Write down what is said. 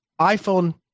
iPhone